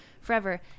forever